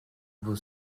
vous